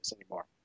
anymore